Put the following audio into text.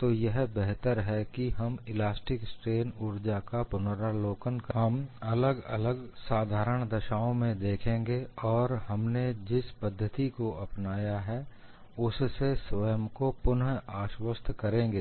तो यह बेहतर है कि हम इलास्टिक स्ट्रेन ऊर्जा का पुनरावलोकन कर लेइसे हम अलग अलग साधारण दशाओं में देखेंगे और हमने जिस पद्धति को अपनाया है उससे स्वयं को पुनआश्वस्त करेंगे